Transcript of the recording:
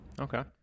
Okay